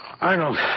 Arnold